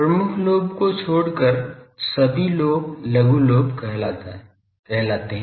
प्रमुख लोब को छोड़कर सभी लोब लघु लोब कहा जाता है